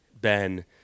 Ben